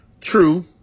True